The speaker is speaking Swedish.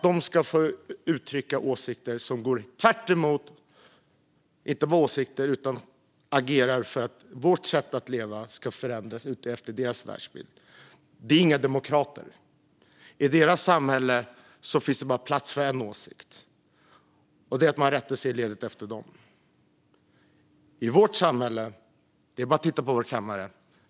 De ska inte få uttrycka åsikter - och inte bara uttrycka åsikter utan agera - för att vårt sätt att leva ska förändras utifrån deras världsbild. De är inga demokrater. I deras samhälle finns det bara plats för en åsikt, och man måste rätta sig i ledet efter dem. I vårt samhälle är det annorlunda. Titta på kammaren!